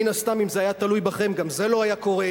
מן הסתם, אם זה היה תלוי בכם, גם זה לא היה קורה,